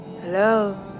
Hello